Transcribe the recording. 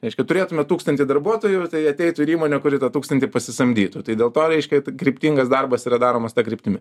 reiškia turėtume tūkstantį darbuotojų tai ateitų ir įmonė kuri tą tūkstantį pasisamdytų tai dėl to reiškia tai kryptingas darbas yra daromas ta kryptimi